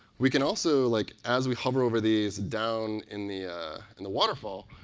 we can also, like as we hover over these down in the and the waterfall,